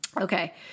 Okay